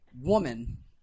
woman